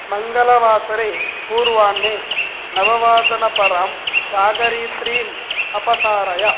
मङ्गलवासरे पूर्वाह्णे नववादनात्परं जागरित्रीम् अपसारय